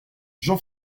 jean